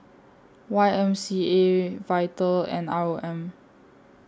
Y M C A Vital and R O M